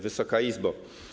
Wysoka Izbo!